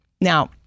now